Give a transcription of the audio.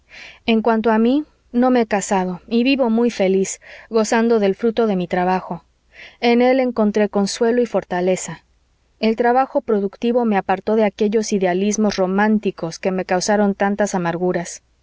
en cuanto a mí no me he casado y vivo muy feliz gozando del fruto de mi trabajo en él encontré consuelo y fortaleza el trabajo productivo me apartó de aquellos idealismos románticos que me causaron tantas amarguras